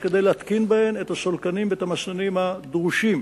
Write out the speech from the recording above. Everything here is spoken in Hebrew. כדי להתקין בהן את הסולקנים ואת המסננים הדרושים,